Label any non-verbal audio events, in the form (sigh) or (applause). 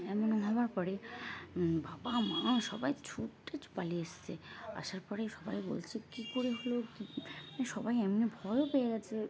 এমন হওয়ার পরে বাবা মা সবাই ছুটে (unintelligible) পালিয়ে এসেছে আসার পরে সবাই বলছে কী করে হলো কী (unintelligible) সবাই এমন ভয়ও পেয়ে গেছে